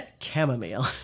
chamomile